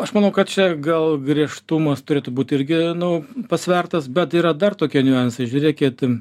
aš manau kad čia gal griežtumas turėtų būt irgi nu pasvertas bet yra dar tokie niuansai žiūrėkit